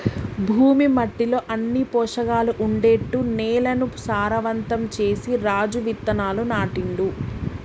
భూమి మట్టిలో అన్ని పోషకాలు ఉండేట్టు నేలను సారవంతం చేసి రాజు విత్తనాలు నాటిండు